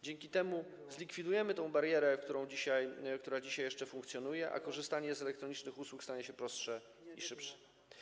Dzięki temu zlikwidujemy tę barierę, która dzisiaj jeszcze funkcjonuje, a korzystanie z elektronicznych usług stanie się prostsze i szybsze.